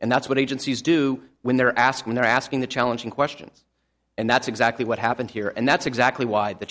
and that's what agencies do when they're asked when they're asking the challenging questions and that's exactly what happened here and that's exactly why the